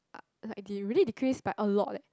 uh they really decrease by a lot leh